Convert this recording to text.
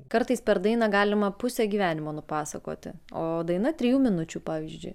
kartais per dainą galima pusę gyvenimo nupasakoti o daina trijų minučių pavyzdžiui